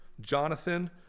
Jonathan